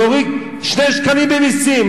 להוריד 2 שקלים במסים,